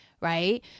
right